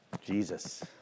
Jesus